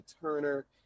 Turner